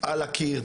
על הקיר,